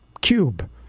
cube